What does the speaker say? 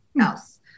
else